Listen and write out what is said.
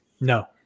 no